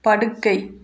படுக்கை